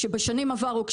שבשנים עברו,